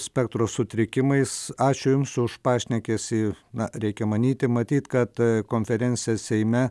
spektro sutrikimais ačiū jums už pašnekesį na reikia manyti matyt kad konferencija seime